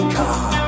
car